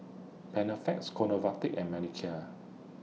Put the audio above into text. Panaflex Convatec and Molicare